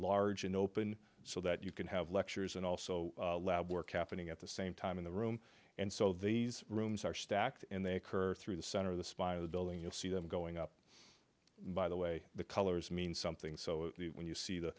large and open so that you can have lectures and also lab work happening at the same time in the room and so these rooms are stacked and they occur through the center of the spine of the building you'll see them going up by the way the colors mean something so when you see the